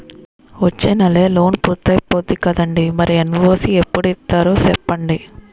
వచ్చేనెలే లోన్ పూర్తయిపోద్ది కదండీ మరి ఎన్.ఓ.సి ఎప్పుడు ఇత్తారో సెప్పండి